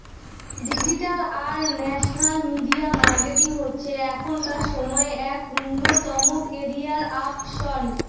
digital আর social media marketing হচ্ছে এখনকার সময়ে এক অন্যতম ক্যারিয়ার অপসন